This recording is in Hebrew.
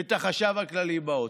את החשב הכללי באוצר.